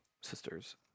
sisters